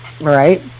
right